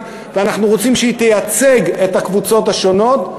ואנחנו רוצים שהיא תייצג את הקבוצות השונות,